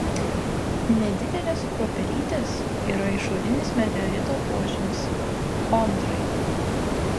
nedidelės kruopelytės yra išorinis meteorito požymis chondrai